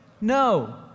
no